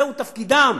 זהו תפקידם.